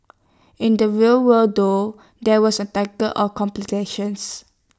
in the real world though there was A of complications